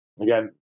again